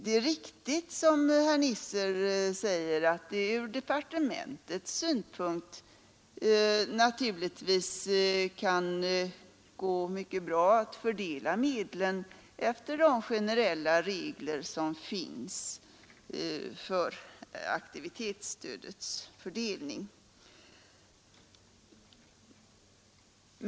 Det är riktigt som herr Nisser säger att det från departementets synpunkt naturligtvis kan gå mycket bra att fördela medlen efter de generella regler som finns för aktivitetsstödets fördelning.